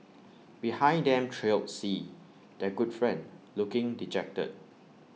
behind them trailed C their good friend looking dejected